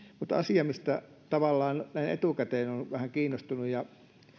mutta asia mistä tavallaan näin etukäteen olen vähän kiinnostunut ja